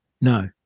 No